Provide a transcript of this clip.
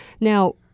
Now